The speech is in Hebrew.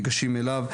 ניגשים אליו,